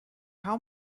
how